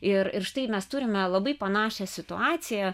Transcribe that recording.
ir ir štai mes turime labai panašią situaciją